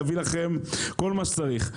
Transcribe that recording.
להביא לכם כל מה שצריך.